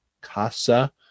CASA